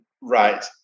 right